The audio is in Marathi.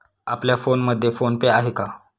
आपल्या फोनमध्ये फोन पे आहे का?